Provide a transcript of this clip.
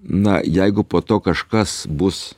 na jeigu po to kažkas bus